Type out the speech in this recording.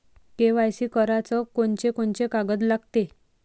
KYC कराच कोनचे कोनचे कागद लागते?